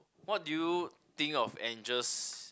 what do you think of angels